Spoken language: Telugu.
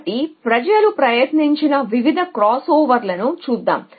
కాబట్టి ప్రజలు ప్రయత్నించిన వివిధ క్రాస్ ఓవర్లను చూద్దాం